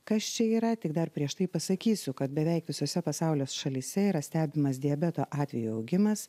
kas čia yra tik dar prieš tai pasakysiu kad beveik visose pasaulio šalyse yra stebimas diabeto atvejų augimas